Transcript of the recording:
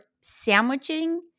sandwiching